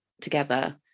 together